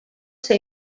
ser